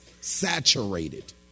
saturated